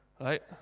right